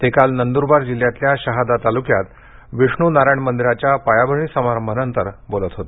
ते काल नंदुरबार जिल्ह्यातल्या शहादा तालुक्यात विष्णू नारायण मंदीराच्या पायाभरणी समारंभानंतर बोलत होते